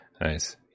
Nice